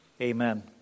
Amen